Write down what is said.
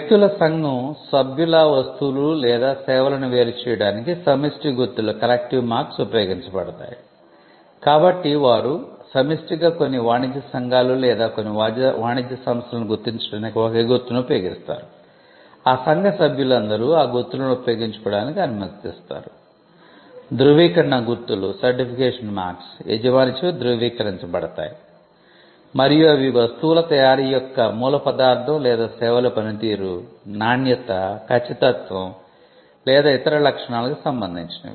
వ్యక్తుల సంఘం సభ్యుల వస్తువులు లేదా సేవలను వేరు చేయడానికి సమిష్టి గుర్తులు యజమానిచే ధృవీకరించబడతాయి మరియు అవి వస్తువుల తయారీ యొక్క మూల పదార్థం లేదా సేవల పనితీరు నాణ్యత ఖచ్చితత్వం లేదా ఇతర లక్షణాలకు సంబంధించినవి